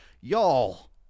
Y'all